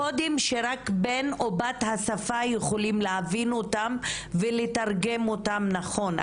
קודים שרק בן או בת השפה יכולים להבין אותם ולתרגם אותם נכון.